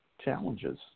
challenges